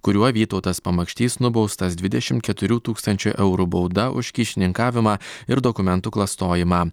kuriuo vytautas pamakštys nubaustas dvidešim keturių tūkstančių eurų bauda už kyšininkavimą ir dokumentų klastojimą